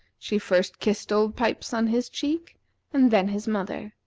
she first kissed old pipes on his cheek and then his mother.